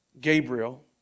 gabriel